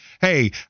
hey